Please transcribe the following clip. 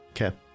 Okay